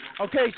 Okay